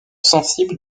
sensible